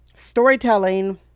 Storytelling